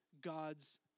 God's